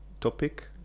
topic